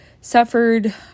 suffered